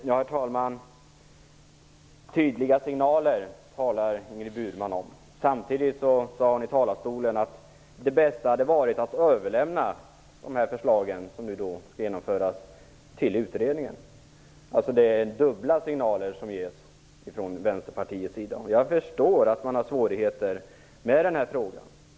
Herr talman! Ingrid Burman talar om tydliga signaler, trots att hon tidigare i talarstolen sade att det bästa hade varit att överlämna de förslag som nu skall genomföras till utredningen. Det ges alltså dubbla signaler från Vänsterpartiets sida. Jag förstår att de har svårigheter i denna fråga.